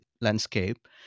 landscape